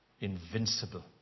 invincible